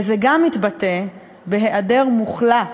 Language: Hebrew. וזה גם מתבטא בהיעדר מוחלט,